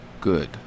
good